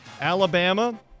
Alabama